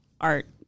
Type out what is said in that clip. art